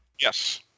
Yes